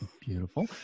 Beautiful